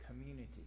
community